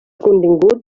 contingut